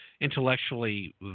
intellectually